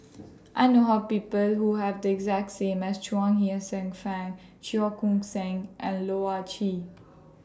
I know People Who Have The exact same as Chuang Hsueh Fang Cheong Koon Seng and Loh Ah Chee